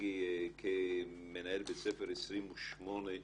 אני כמנהל בית ספר 28 שנים,